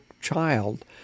child